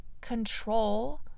control